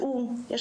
זו ההזדמנות.